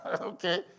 Okay